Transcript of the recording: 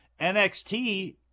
NXT